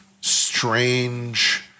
strange